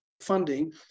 funding